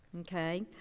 Okay